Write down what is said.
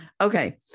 Okay